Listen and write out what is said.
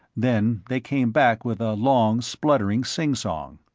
then they came back with a long spluttering sing-song.